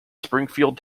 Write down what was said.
springfield